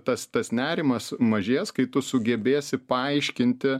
tas tas nerimas mažės kai tu sugebėsi paaiškinti